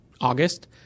August